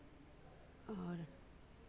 और